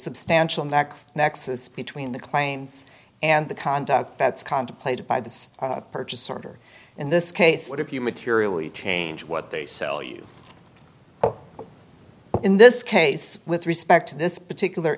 substantial next nexus between the claims and the conduct that's contemplated by the purchaser in this case what if you materially change what they sell you in this case with respect to this particular